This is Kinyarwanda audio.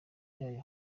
yayo